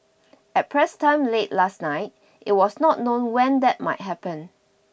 at press time late last night it was not known when that might happen